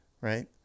Right